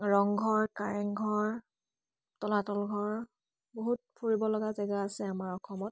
ৰংঘৰ কাৰেংঘৰ তলাতল ঘৰ বহুত ফুৰিব লগা জেগা আছে আমাৰ অসমত